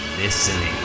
listening